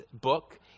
book